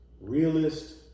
realist